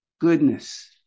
goodness